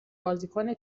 بازیکن